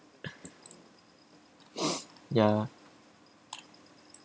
ya